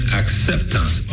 acceptance